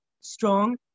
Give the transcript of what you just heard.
strong